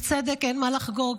בצדק, אין מה לחגוג,